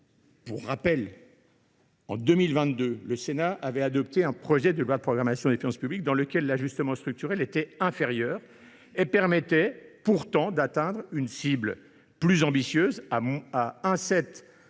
de l’année 2022, le Sénat avait adopté un projet de loi de programmation des finances publiques qui comportait un ajustement structurel inférieur et permettait pourtant d’atteindre une cible plus ambitieuse que